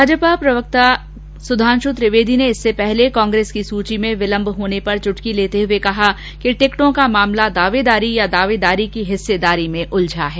भाजपा प्रवक्ता सुधांपु त्रिवेदी ने कांग्रेस की सूची में विलम्ब होने पर चुटकी लेते हुए कहा कि टिकटों का मामला दावेदारी या दावेदारी की हिस्सेदारी में उलझा है